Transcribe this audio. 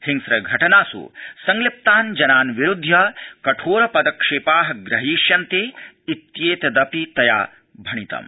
हिंस्रघटनास् संलिप्तान् जनान् विरुध्य कठोर पदक्षेपा ग्रहीष्यन्ते इत्येतदपि तया भणितम्